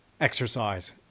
exercise